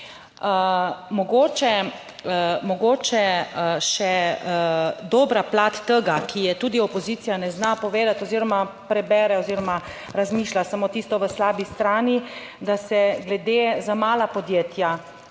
mogoče še dobra plat tega, ki je tudi opozicija ne zna povedati oziroma prebere oziroma razmišlja samo tisto v slabi strani, da se glede za mala podjetja